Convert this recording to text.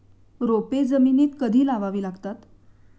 रोपे जमिनीत कधी लावावी लागतात?